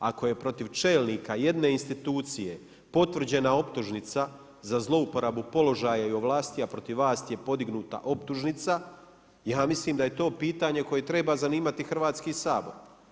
Ako je protiv čelnika jedne institucije potvrđena optužnica za zlouporabu položaja i ovlasti i protiv vas je podignuta optužnica ja mislim da je to pitanje koje treba zanimati Hrvatski sabor.